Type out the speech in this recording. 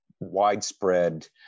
widespread